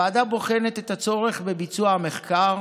הוועדה בוחנת את הצורך בביצוע המחקר,